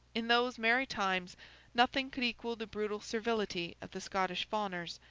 in those merry times nothing could equal the brutal servility of the scottish fawners,